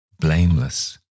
blameless